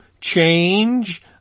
change